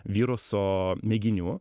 viruso mėginių